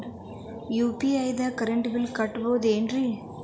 UPI ದಾಗ current bill ಕಟ್ಟಬಹುದೇನ್ರಿ?